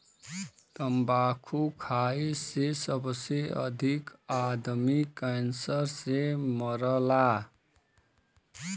तम्बाकू खाए से सबसे अधिक आदमी कैंसर से मरला